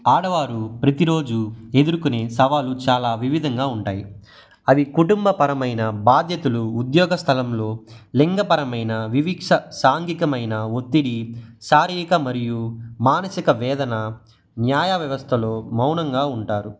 ఆడవారు ప్రతిరోజూ ఎదుర్కునే సవాళ్లు చాలా వివిధంగా ఉంటాయి అవి కుటుంబపరమైన బాధ్యతలు ఉద్యోగ స్థలంలో లింగపరమైన వివక్ష సాంఘికమైన ఒత్తిడి శారీరక మరియు మానసిక వేదన న్యాయ వ్యవస్థలో మౌనంగా ఉంటారు